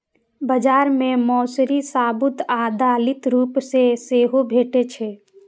बाजार मे मौसरी साबूत आ दालिक रूप मे सेहो भैटे छै